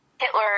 Hitler